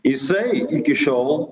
jisai iki šiol